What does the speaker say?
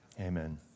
Amen